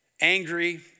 angry